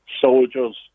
Soldiers